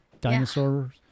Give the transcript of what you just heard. dinosaurs